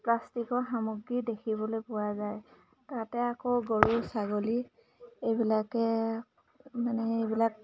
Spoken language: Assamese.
প্লাষ্টিকৰ সামগ্ৰী দেখিবলৈ পোৱা যায় তাতে আকৌ গৰু ছাগলী এইবিলাকে মানে এইবিলাক